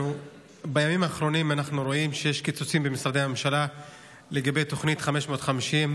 בימים האחרונים אנחנו רואים שיש קיצוצים במשרדי הממשלה בדבר תוכנית 550,